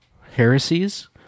heresies